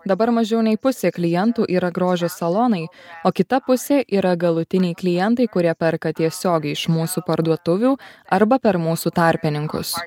dabar mažiau nei pusė klientų yra grožio salonai o kita pusė yra galutiniai klientai kurie perka tiesiogiai iš mūsų parduotuvių arba per mūsų tarpininkus